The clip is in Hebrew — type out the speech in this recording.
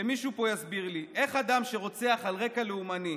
שמישהו פה יסביר לי איך אדם שרוצח על רקע לאומני,